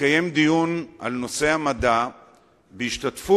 התקיים דיון בנושא המדע בהשתתפות